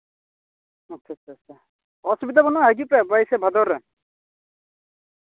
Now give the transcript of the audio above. ᱟᱪᱪᱷᱟ ᱟᱪᱪᱷᱟ ᱟᱪᱪᱷᱟ ᱚᱥᱩᱵᱤᱫᱷᱟ ᱵᱟᱹᱱᱩᱜᱼᱟ ᱦᱤᱡᱩᱜ ᱯᱮ ᱵᱟᱭᱤᱥᱮ ᱵᱷᱟᱫᱚᱨ ᱨᱮ